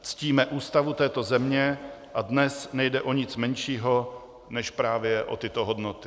Ctíme Ústavu této země a dnes nejde o nic menšího než právě o tyto hodnoty.